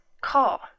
Call